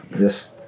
Yes